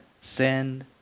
send